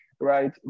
right